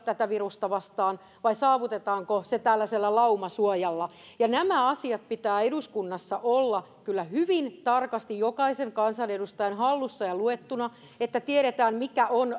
tätä virusta vastaan vai saavutetaanko se tällaisella laumasuojalla ja näiden asioiden pitää eduskunnassa olla kyllä hyvin tarkasti jokaisen kansanedustajan hallussa ja luettuna että tiedetään mikä on